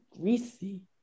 greasy